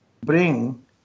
bring